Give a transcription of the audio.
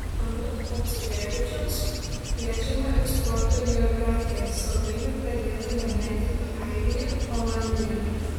anot maculevičiaus plečiama eksporto geografija saldainių pradėta gabenti į airiją olandiją